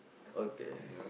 okay